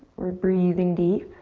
we're breathing deep.